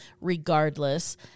regardless